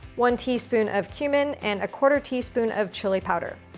one teaspoon of cumin, and a quarter teaspoon of chili powder.